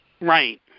Right